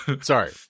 Sorry